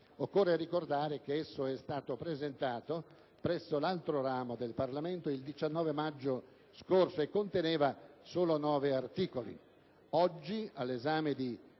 Occorre ricordare che esso è stato presentato presso l'altro ramo del Parlamento il 19 maggio scorso e conteneva solo nove articoli. Oggi, all'esame di